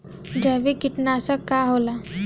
जैविक कीटनाशक का होला?